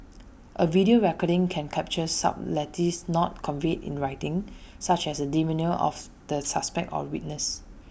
A video recording can capture subtleties not conveyed in writing such as the demeanour of the suspect or witness